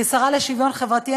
כשרה לשוויון חברתי,